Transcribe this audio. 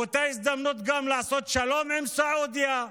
ובאותה הזדמנות גם לעשות שלום עם סעודיה.